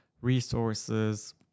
resources